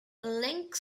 link